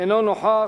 אינו נוכח.